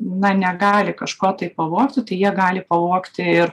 na negali kažko taip pavogti tai jie gali pavogti ir